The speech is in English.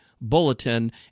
Bulletin